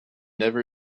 never